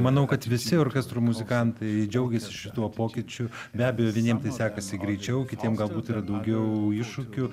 manau kad visi orkestro muzikantai džiaugiasi šituo pokyčiu be abejo vieniem tai sekasi greičiau kitiem galbūt yra daugiau iššūkių